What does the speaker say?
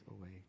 away